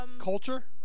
Culture